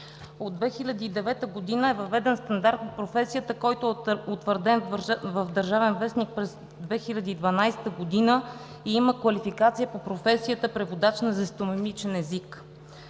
От 2009 г. е въведен стандарт по професията, утвърден в „Държавен вестник“ през 2012 г., и има квалификация по професията „Преводач на жестомимичен език“.